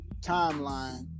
timeline